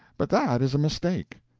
but that is a mistake.